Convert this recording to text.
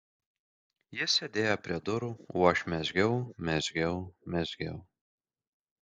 jis sėdėjo prie durų o aš mezgiau mezgiau mezgiau